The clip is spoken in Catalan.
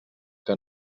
que